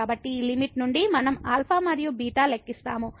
కాబట్టి ఈ పరిస్థితి నుండి మనం α మరియు β లెక్కిస్తాము